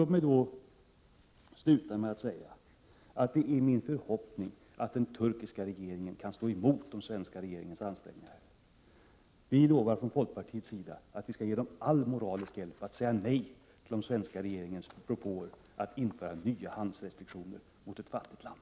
Låt mig sluta med att säga: Det är min förhoppning att den turkiska regeringen kan stå emot den svenska regeringens ansträngningar. Vi lovar från folkpartiets sida att vi skall ge dem allt moraliskt stöd att säga nej till den svenska regeringens propåer om att införa nya handelsrestriktioner mot ett fattigt land.